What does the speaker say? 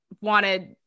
wanted